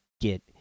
get